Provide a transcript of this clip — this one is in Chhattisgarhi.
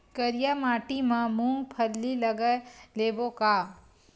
करिया माटी मा मूंग फल्ली लगय लेबों का?